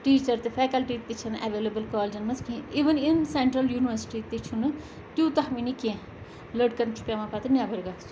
teacher تہِ faculty تہِ چھےٚ نہٕ ایویلیبل کالجَن منٛز کینٛہ اِون اِن سیٚنٹرل ینیورسٹی تہِ چھُ نہٕ تیوٗتاہ وٕۄنہِ کینٛہہ لڑکَن چھُ پیٚوان پَتہٕ نٮ۪بر گژھُن